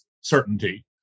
certainty